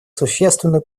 существенную